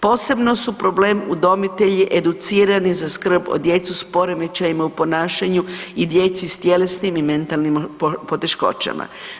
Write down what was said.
Posebno su problem udomitelji educirani za skrb djece s poremećajima u ponašanju i djeci s tjelesnim i mentalnim poteškoćama.